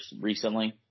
recently